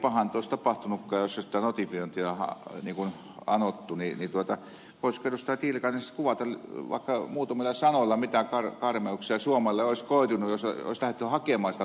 tiilikainen sitten kuvata vaikka muutamilla sanoilla mitä karmeuksia suomelle olisi koitunut jos olisi lähdetty hakemaan sitä notifiointia ja olisi tullut semmoinen kielteinen päätös